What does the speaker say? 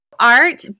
Art